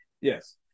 Yes